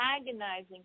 agonizing